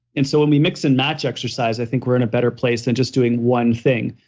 and so when we mix and match exercise, i think we're in a better place than just doing one thing.